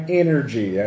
energy